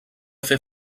fer